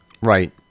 Right